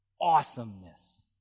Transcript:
awesomeness